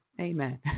Amen